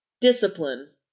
Discipline